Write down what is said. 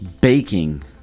...baking